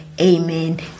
amen